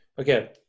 Okay